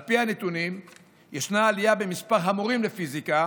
על פי הנתונים יש עלייה במספר המורים לפיזיקה